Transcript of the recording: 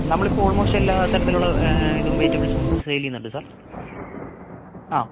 നമ്മളിപ്പോൾ ഓള്മോസ്റ്റ് എല്ലാ തരത്തിലുള്ള ഇതും വെജിറ്റബിള്സും സെയിൽ ചെയ്യുന്നുണ്ട് സാര് ആ